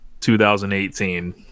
2018